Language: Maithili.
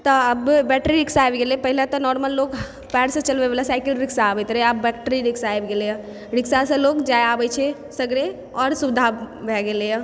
तऽ आब बैटरी रिक्शा आबि गेलै पहिने तऽ नार्मल लोक पयरसँ चलैवला साइकिल रिक्शा आबैत रहै आब बैट्री रिक्शा आबि गेलैए रिक्शासँ लोग जाइ आबै छै लोग सगरे आओर सुविधा भए गेलैए